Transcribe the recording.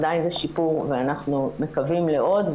עדיין זה שיפור ואנחנו מקווים לעוד.